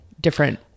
different